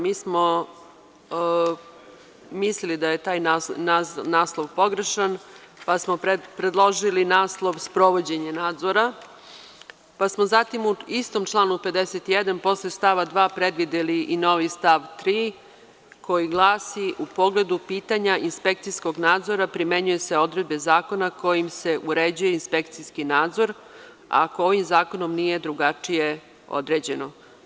Mi smo mislili da je taj naslov pogrešan, pa smo predložili naslov – sprovođenje nadzora, pa smo zatim u istom članu 51. posle stava 2. predvideli i novi stav 3. koji glasi – u pogledu pitanja inspekcijskog nadzora primenjuju se odredbe zakona kojim se uređuje inspekcijski nadzor ako ovim zakonom nije drugačije određeno.